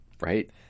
right